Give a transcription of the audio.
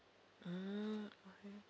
mm